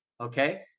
okay